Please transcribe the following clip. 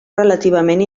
relativament